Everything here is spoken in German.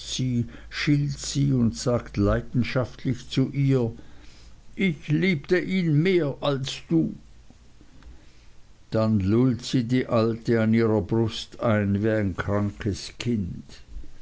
und sagt leidenschaftlich zu ihr ich liebte ihn mehr als du dann lullt sie die alte an ihrer brust ein wie ein krankes kind